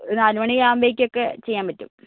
ഒരു നാല് മണിയാവുമ്പോഴേക്കൊക്കെ ചെയ്യാൻ പറ്റും